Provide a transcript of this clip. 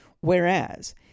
Whereas